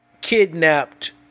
kidnapped